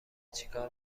چیکار